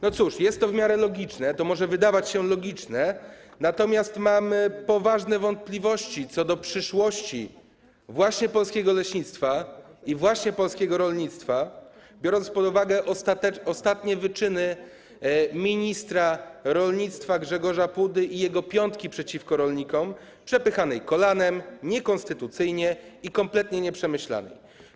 No cóż, jest to w miarę logiczne - może wydawać się logiczne - natomiast mamy poważne wątpliwości co do przyszłości polskiego leśnictwa i polskiego rolnictwa, biorąc pod uwagę ostatnie wyczyny ministra rolnictwa Grzegorza Pudy i jego piątkę przeciwko rolnikom przepychaną kolanem niekonstytucyjnie i kompletnie nieprzemyślaną.